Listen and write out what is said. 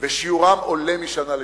ושיעורם עולה משנה לשנה.